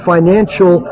Financial